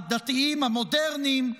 הדתיים המודרניים.